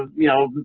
um you know,